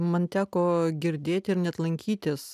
man teko girdėti ir net lankytis